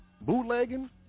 Bootlegging